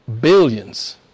billions